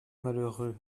malheureux